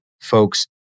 folks